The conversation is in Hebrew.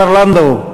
השר לנדאו,